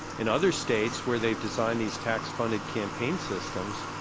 in other states where they've designed these tax funded campaign systems,